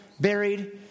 buried